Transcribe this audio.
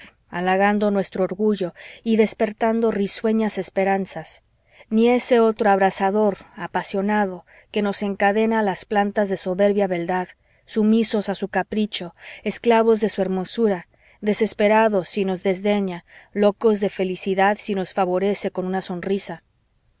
halagando nuestro orgullo y despertando risueñas esperanzas ni ese otro abrasador apasionado que nos encadena a las plantas de soberbia beldad sumisos a su capricho esclavos de su hermosura desesperados si nos desdeña locos de felicidad si nos favorece con una sonrisa